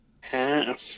half